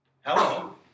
Hello